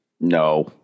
No